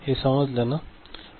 हे समजले न